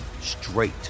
straight